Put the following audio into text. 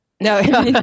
No